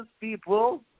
people